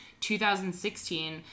2016